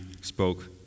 spoke